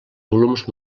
volums